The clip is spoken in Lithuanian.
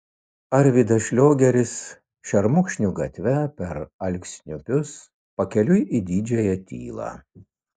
arvydas šliogeris šermukšnių gatve per alksniupius pakeliui į didžiąją tylą